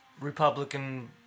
Republican